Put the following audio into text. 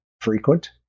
frequent